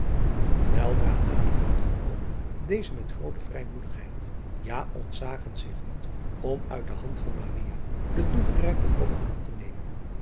eldra naderden dan ook deze met groote vrijmoedigheid ja ontzagen zich niet om uit de hand van de toegereikte brokken aan te nemen